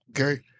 Okay